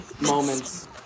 moments